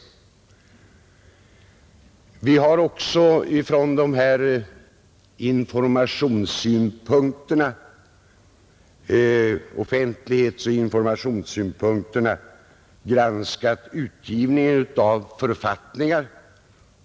Från dessa offentlighetsoch informationssynpunkter har utskottet också granskat utgivningen av författningar.